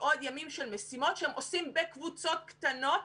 ועוד ימים של משימות שהן עושות בקבוצות קטנות